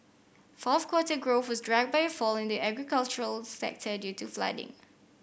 fourth quarter growth was dragged by a fall in the agricultural sector due to flooding